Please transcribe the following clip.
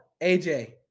AJ